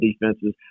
defenses